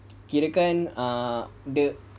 kirakan err the